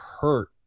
hurt